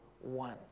one